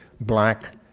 Black